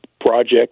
project